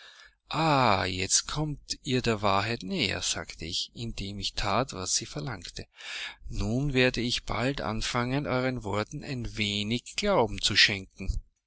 ah jetzt kommt ihr der wahrheit näher sagte ich indem ich that was sie verlangte nun werde ich bald anfangen euren worten ein wenig glauben zu schenken